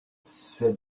cette